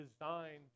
designed